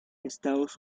estados